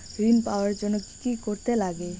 ঋণ পাওয়ার জন্য কি কি করতে লাগে?